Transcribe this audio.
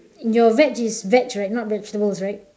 your veg is veg right not vegetables right